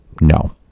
No